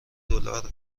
دلار